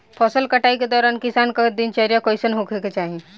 फसल कटाई के दौरान किसान क दिनचर्या कईसन होखे के चाही?